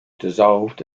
dissolved